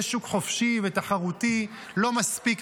יש שוק חופשי ותחרותי לא מספיק,